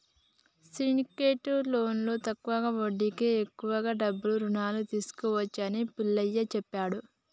syndicate లోన్లో తక్కువ వడ్డీకే ఎక్కువ డబ్బు రుణంగా తీసుకోవచ్చు అని పుల్లయ్య చెప్పిండు